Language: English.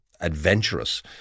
adventurous